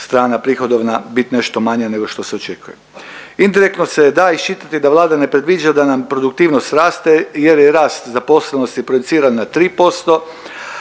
strana prihodovna bit nešto manja nego što se očekuje. Indirektno se da iščitati da Vlada ne predviđa da nam produktivnost raste jer je rast zaposlenosti projiciran na 3%